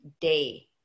day